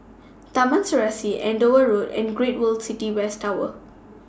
Taman Serasi Andover Road and Great World City West Tower